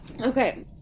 Okay